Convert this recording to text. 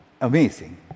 amazing